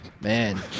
Man